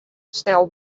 stel